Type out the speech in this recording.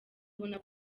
ubona